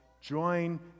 join